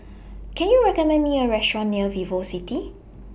Can YOU recommend Me A Restaurant near Vivocity